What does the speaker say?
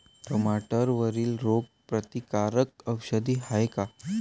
टमाट्यावरील रोग प्रतीकारक औषध हाये का?